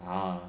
ah